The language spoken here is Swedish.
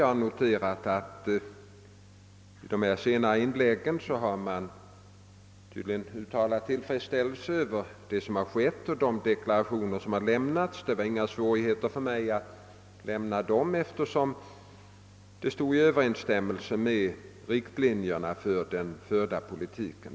Jag har noterat att man här i de senare inläggen har uttalat tillfredsställelse över det som gjorts och över de deklarationer som lämnats. Det var inte svårt för mig att lämna de deklarationerna, eftersom de stod helt i överensstämmelse med riktlinjerna för den förda politiken.